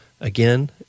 again